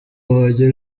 wanjye